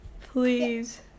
Please